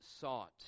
sought